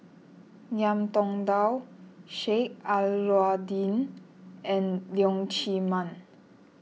Ngiam Tong Dow Sheik Alau'ddin and Leong Chee Mun